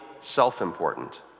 self-important